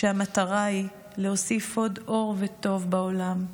כשהמטרה היא להוסיף עוד אור וטוב בעולם.